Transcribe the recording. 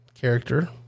character